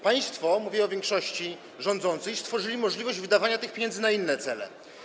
Państwo - mówię o większości rządzącej - stworzyliście możliwość wydawania tych pieniędzy na inne cele.